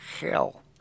hell